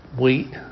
wheat